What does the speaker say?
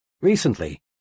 recently